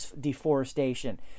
deforestation